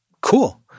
Cool